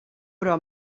però